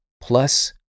plus